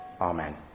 Amen